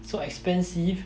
so expensive